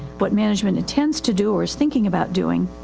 what management intends to do, or is thinking about doing.